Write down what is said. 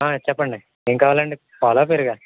చెప్పండి ఏమి కావాలండి పాలా పెరుగా